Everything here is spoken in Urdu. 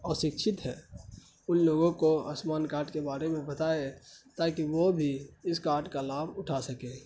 اسکچھت ہیں ان لوگوں کو آیوشمان کارڈ کے باڑے میں بتائے تاکہ وہ بھی اس کارڈ کا لابھ اٹھا سکیں